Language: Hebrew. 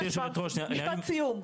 משפט סיום.